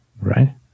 Right